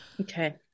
Okay